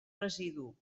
residu